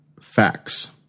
facts